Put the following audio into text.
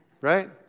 Right